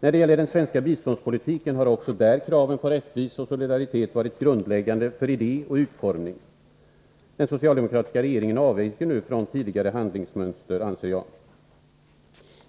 När det gäller den svenska biståndspolitiken har också där kraven på rättvisa och solidaritet varit grundläggande för idé och utformning. Den socialdemokratiska regeringen avviker nu från tidigare handlingsmönster, anser jag.